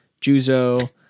Juzo